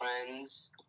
friends